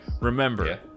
remember